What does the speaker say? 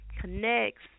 connects